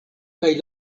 kaj